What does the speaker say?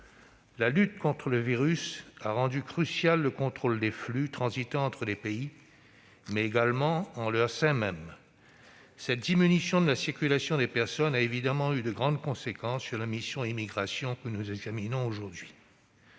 La lutte contre le virus a rendu crucial le contrôle des flux transitant entre les pays, mais également en leur sein même. Cette diminution de la circulation des personnes a évidemment eu de grandes conséquences sur la mission « Immigration, asile et intégration » que nous examinons aujourd'hui.